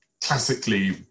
classically